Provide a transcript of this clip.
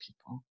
people